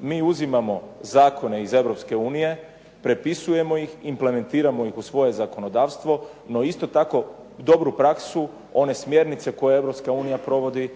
Mi uzimamo zakone iz Europske unije, prepisujemo ih implementiramo ih u svoje zakonodavstvo, no isto tako dobru praksu one smjernice koje Europska unija provodi,